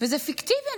וזה פיקטיבי,